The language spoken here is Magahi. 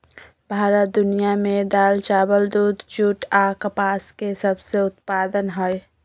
भारत दुनिया में दाल, चावल, दूध, जूट आ कपास के सबसे उत्पादन हइ